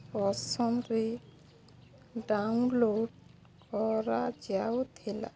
ପସନ୍ଦରେ download କରାଯାଉଥିଲା